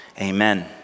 amen